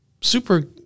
super